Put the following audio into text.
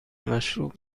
مشروب